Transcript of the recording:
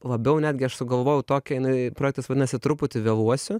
labiau netgi aš sugalvojau tokią jinai projektas vadinasi truputį vėluosiu